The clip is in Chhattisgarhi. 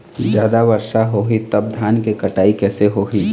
जादा वर्षा होही तब धान के कटाई कैसे होही?